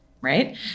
right